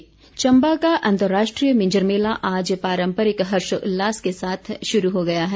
मिंजर मेला चम्बा का अंतर्राष्ट्रीय मिंजर मेला आज पारम्परिक हर्षोल्लास के साथ आरम्भ हो गया है